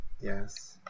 yes